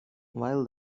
while